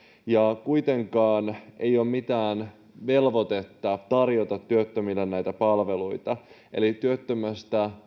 ja kuitenkaan ei ole mitään velvoitetta tarjota työttömille näitä palveluita eli työttömän